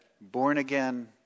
born-again